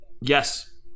Yes